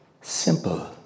simple